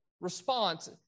response